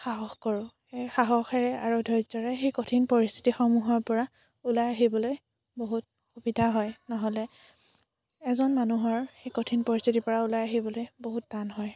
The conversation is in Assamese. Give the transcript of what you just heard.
সাহস কৰোঁ সেই সাহসেৰে আৰু ধৈৰ্য্যৰে সেই কঠিন পৰিস্থিতি সমূহৰ পৰা ওলাই আহিবলৈ বহুত সুবিধা হয় নহ'লে এজন মানুহৰ সেই কঠিন পৰিস্থিতিৰ পৰা ওলাই আহিবলৈ বহুত টান হয়